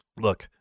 look